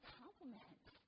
compliment